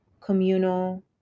communal